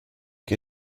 que